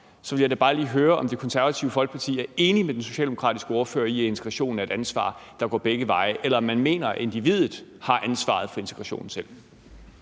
vil jeg da bare lige høre, om Det Konservative Folkeparti er enig med den socialdemokratiske ordfører i, at integration er et ansvar, der går begge veje – eller om man mener, at individet har ansvaret for integrationen selv.